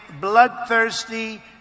bloodthirsty